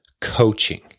coaching